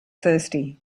thirsty